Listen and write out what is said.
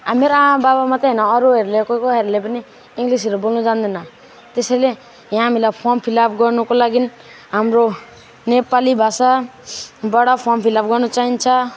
मेरो आमाबाबा मात्र होइन अरूहरूले कोही कोहीहरूले पनि इङ्ग्लिसहरू बोल्नु जान्दैन त्यसैले यहाँ हामीलाई फर्म फिल अप गर्नुको लागि हाम्रो नेपाली भाषाबाट फर्म फिल अप गर्नु चाहिन्छ